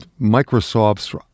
Microsoft's